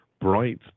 bright